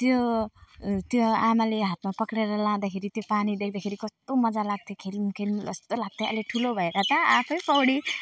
त्यो त्यो आमाले हातमा पक्रिएर लाँदाखेरि त्यो देख्दाखेरि कस्तो मजा लाग्थ्यो खेलौँ खेलौँ जस्तो लाग्थ्यो अहिले ठुलो भएर त आफै पौडी